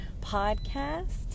Podcast